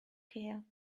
care